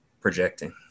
projecting